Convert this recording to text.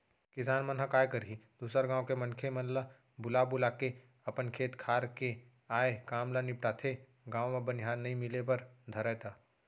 किसान मन ह काय करही दूसर गाँव के मनखे मन ल बुला बुलाके अपन खेत खार के आय काम ल निपटाथे, गाँव म बनिहार नइ मिले बर धरय त